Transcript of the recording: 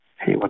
Hey